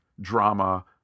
drama